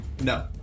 No